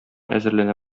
әзерләнә